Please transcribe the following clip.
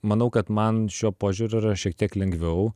manau kad man šiuo požiūriu yra šiek tiek lengviau